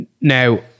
Now